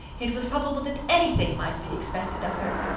it was probable that anything might be expected of her.